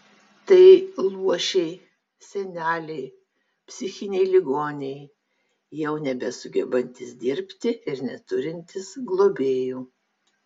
tai luošiai seneliai psichiniai ligoniai jau nebesugebantys dirbti ir neturintys globėjų